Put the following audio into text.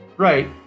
Right